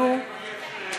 אדוני,